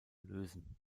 lösen